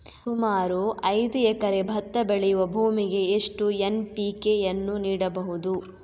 ಸುಮಾರು ಐದು ಎಕರೆ ಭತ್ತ ಬೆಳೆಯುವ ಭೂಮಿಗೆ ಎಷ್ಟು ಎನ್.ಪಿ.ಕೆ ಯನ್ನು ನೀಡಬಹುದು?